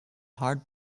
hard